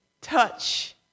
touch